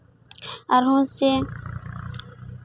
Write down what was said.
ᱟᱨᱦᱚᱸ ᱥᱮ